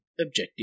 objective